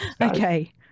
Okay